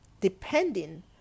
depending